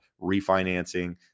refinancing